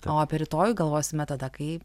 o apie rytojų galvosime tada kai